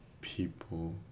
people